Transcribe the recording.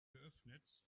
geöffnet